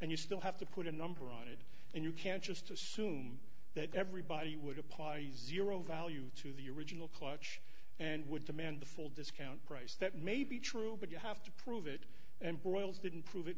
and you still have to put a number on it and you can't just assume that everybody would apply you zero value to the original pledge and would demand the full discount price that may be true but you have to prove it and boils didn't prove it